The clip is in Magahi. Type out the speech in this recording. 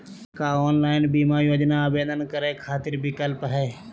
का ऑनलाइन बीमा योजना आवेदन करै खातिर विक्लप हई?